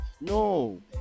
no